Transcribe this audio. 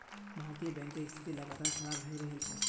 भारतीय बैंकेर स्थिति लगातार खराब हये रहल छे